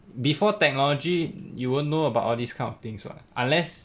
before technology you won't know about all these kind of things what unless